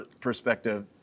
perspective